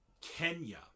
Kenya